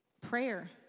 prayer